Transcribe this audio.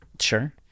sure